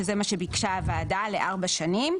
שזה מה שביקשה הוועדה לארבע שנים.